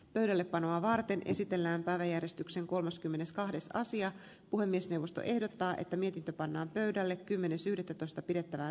pöydällepanoa varten esitellään pääjäristyksen kolmaskymmeneskahdeksas sija puhemiesneuvosto ehdottaa että mietintö pannaan pöydälle kymmenes yhdettätoista pidettävää